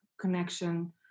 connection